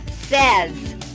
says